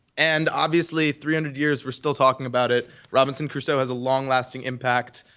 and obviously, three hundred years we're still talking about it. robinson crusoe has a long lasting impact.